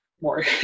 more